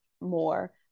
more